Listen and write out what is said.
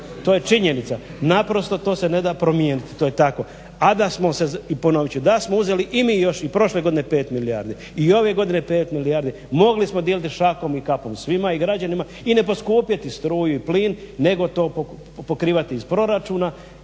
To je činjenica. Naprosto to se neda promijeniti. To je tako. A da smo se i ponovit ću da smo uzeli ili još i prošle godine pet milijardi i ove godine pet milijardi mogli smo dijeliti šakom i kapom svima i građanima i ne poskupjeti struju i plin nego to pokrivati iz proračuna,